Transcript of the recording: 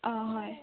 অঁ হয়